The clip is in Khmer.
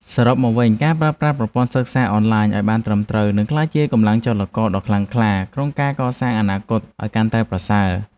សរុបមកវិញការប្រើប្រាស់ប្រព័ន្ធសិក្សាអនឡាញឱ្យបានត្រឹមត្រូវនឹងក្លាយជាកម្លាំងចលករដ៏ខ្លាំងក្លាក្នុងការកសាងអនាគតឱ្យ កាន់តែប្រសើរ។